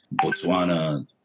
Botswana